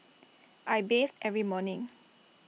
I bathe every morning